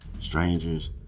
Strangers